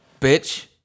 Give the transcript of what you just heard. Bitch